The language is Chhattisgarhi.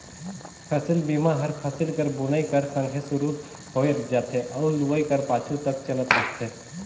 फसिल बीमा हर फसिल कर बुनई कर संघे सुरू होए जाथे अउ लुवई कर पाछू तक चलत रहथे